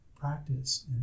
practice